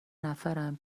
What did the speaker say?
نفرم